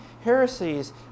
heresies